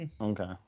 Okay